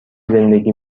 زندگی